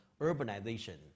urbanization